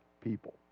people